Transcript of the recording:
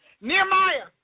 Nehemiah